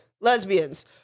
lesbians